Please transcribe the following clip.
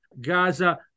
Gaza